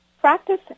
practice